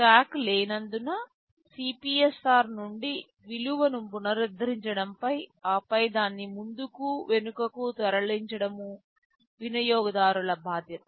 stock లేనందున CPSR నుండి విలువను పునరుద్ధరించడం ఆపై దాన్ని ముందుకు వెనుకకు తరలించడం వినియోగదారుల బాధ్యత